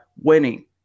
winning